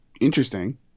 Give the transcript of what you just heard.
interesting